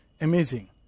amazing